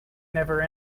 never